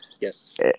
Yes